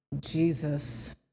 Jesus